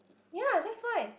ya that's why